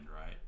right